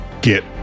get